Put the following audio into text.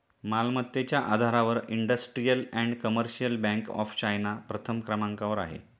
मालमत्तेच्या आधारावर Industrial and Commercial Bank of China प्रथम क्रमांकावर आहे